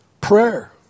Prayer